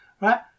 Right